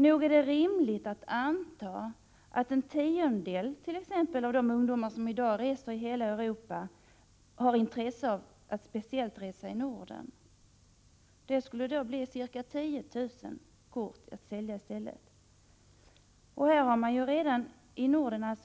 Nog är det rimligt att anta att exempelvis en tiondel av de ungdomar som i dag reser i hela Europa har intresse av att speciellt resa i Norden. Det skulle då bli ca 10 000 kort att sälja. Här i Norden har man ju redan